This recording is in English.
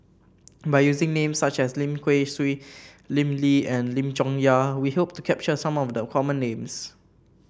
by using names such as Lim Kay Siu Lim Lee and Lim Chong Yah we hope to capture some of the common names